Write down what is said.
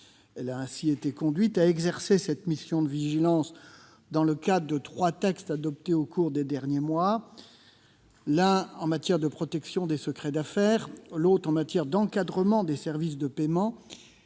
Elle a ainsi été conduite à exercer cette mission de vigilance dans le cadre de trois textes adoptés au cours des derniers mois : en matière de protection des secrets d'affaires ; en matière d'encadrement des services de paiement